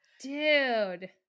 Dude